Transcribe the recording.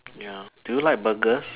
ya do you like burgers